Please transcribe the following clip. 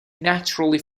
naturally